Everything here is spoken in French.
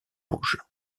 rouges